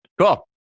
Cool